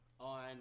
On